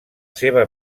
seva